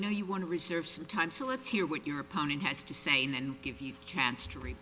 know you want to reserve some time so let's hear what your opponent has to say and give you a chance to read